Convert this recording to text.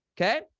okay